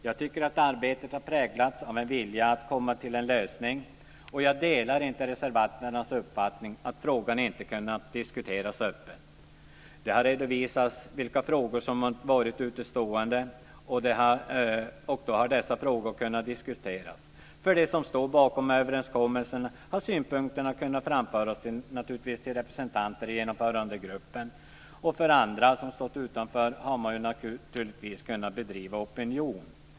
Jag tycker att arbetet har präglats av en vilja att komma fram till en lösning, och jag delar inte reservanternas uppfattning att frågan inte har kunnat diskuteras öppet. Det har redovisats vilka frågor som har varit utestående, och då har dessa frågor kunnat diskuteras. De som står bakom överenskommelsen har naturligtvis kunnat framföra synpunkterna till representanter i Genomförandegruppen. Andra som har stått utanför har naturligtvis kunnat bedriva opinion.